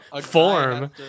form